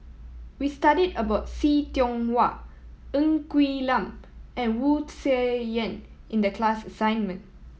we studied about See Tiong Wah Ng Quee Lam and Wu Tsai Yen in the class assignment